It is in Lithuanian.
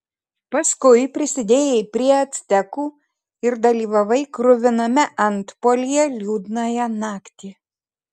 paskui prisidėjai prie actekų ir dalyvavai kruviname antpuolyje liūdnąją naktį